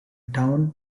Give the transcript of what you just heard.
town